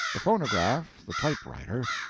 the phonograph, the typewriter,